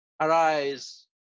arise